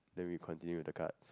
then we continue with the card